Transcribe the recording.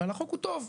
אבל החוק הוא טוב,